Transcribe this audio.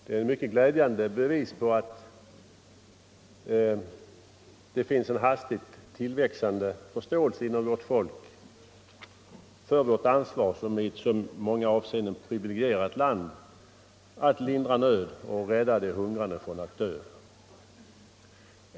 Det är ett mycket glädjande bevis på att det finns en hastigt tillväxande förståelse inom vårt folk för vårt ansvar som ett i många avseenden privilegierat land att lindra nöd och rädda de hungrande från att dö.